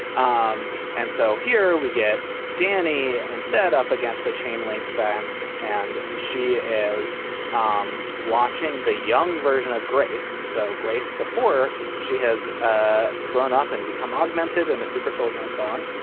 um and so here we get danny instead up against a chain link fence and she is um watching the young version of grace. so grace before she has ah grown up and become augmented and a super soldier and so on.